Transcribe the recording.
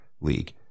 league